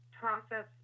process